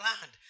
land